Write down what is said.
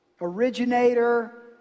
originator